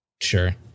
Sure